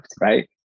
right